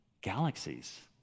galaxies